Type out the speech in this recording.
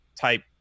type